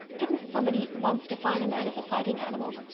didn't somebody once define man as a fighting animal.